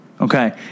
Okay